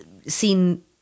seen